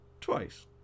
Twice